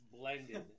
blended